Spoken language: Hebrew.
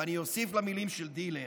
ואני אוסיף למילים של דילן: